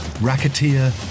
racketeer